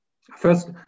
First